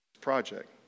project